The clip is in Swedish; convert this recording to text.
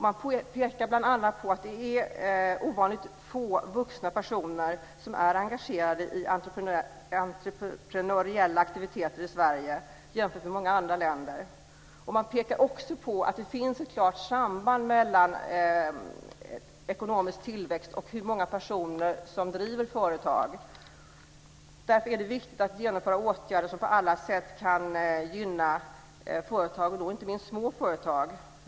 Man pekar bl.a. på att det är ovanligt få vuxna personer som är engagerade i entreprenöriella aktiviteter i Sverige jämfört med många andra länder. Man pekar också på att det finns ett klart samband mellan ekonomisk tillväxt och hur många personer som driver företag. Därför är det viktigt att genomföra åtgärder som på alla sätt kan gynna företag, och då inte minst små företag.